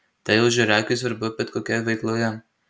tai ožiaragiui svarbu bet kokioje veikloje